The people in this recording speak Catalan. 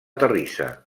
terrissa